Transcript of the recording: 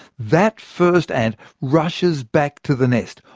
that first ant rushes back to the nest,